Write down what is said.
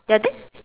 ya then